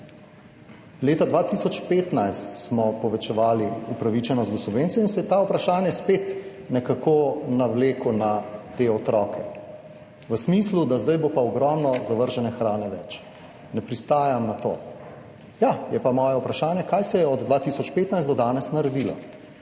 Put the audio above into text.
leta 2015 smo povečevali upravičenost do subvencije in se je to vprašanja spet nekako navleklo na te otroke v smislu, da zdaj bo pa ogromno zavržene hrane več. Ne pristajam na to. Ja, je pa moje vprašanje, kaj se je od 2015 do danes naredilo